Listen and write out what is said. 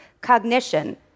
cognition